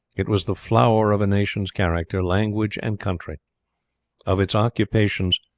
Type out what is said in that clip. it was the flower of a nation's character, language, and country of its occupations,